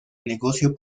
negocio